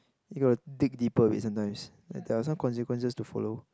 you gotta dig deeper a bit sometimes there are some consequences to follow